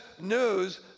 news